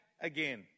again